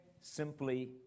simply